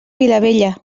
vilavella